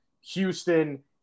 Houston